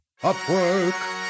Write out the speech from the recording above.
Upwork